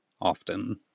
often